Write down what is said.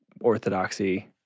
orthodoxy